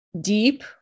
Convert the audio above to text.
deep